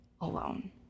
alone